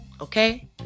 Okay